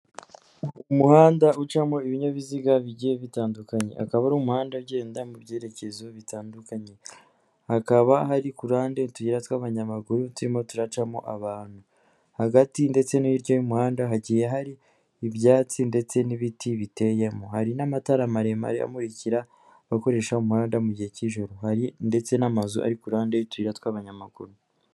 Umuhanda ucamo ibinyabiziga bigiye bitandukanye. Akaba ari umuhanda ugenda mu byerekezo bitandukanye. Hakaba hari ku ruhande utuyira tw'abanyamaguru turimo turacamo abantu. Hagati ndetse no hirya y'umuhanda hagiye hari ibyatsi ndetse n'ibiti biteyemo. Hari n'amatara maremare amurikira abakoresha umuhanda mu gihe cy'ijoro. Hari ndetse n'amazu ari ku ruhande n'utuyira tw'abanyamaguru.